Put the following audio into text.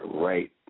right